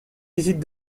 visite